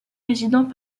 résidant